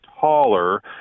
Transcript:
taller